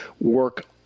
work